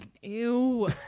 Ew